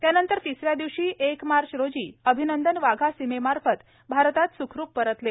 त्यानंतर तिसऱ्या दिवशी एक मार्च रोजी अभिनंदन वाघा सीमेमार्फत भारतात सुखरुप परतले